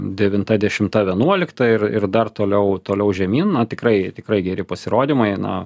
devinta dešimta vienuolikta ir ir dar toliau toliau žemyn na tikrai tikrai geri pasirodymai na